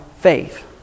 faith